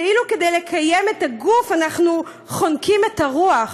כאילו כדי לקיים את הגוף, אנחנו חונקים את הרוח.